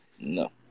No